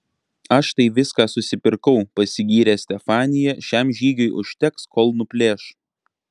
aš tai viską susipirkau pasigyrė stefanija šiam žygiui užteks kol nuplėš